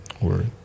Word